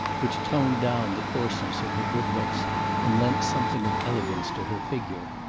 which toned down the coarseness of her good looks and lent something of elegance to her figure.